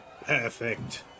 Perfect